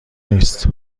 نیست